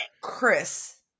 Chris